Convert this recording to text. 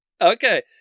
Okay